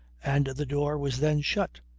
and the door was then shut,